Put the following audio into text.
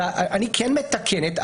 אני כן מתקנת,